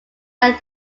that